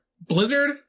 Blizzard